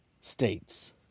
states